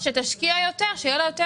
דווקא שתשקיע כאן יותר.